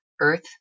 earth